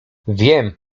wiem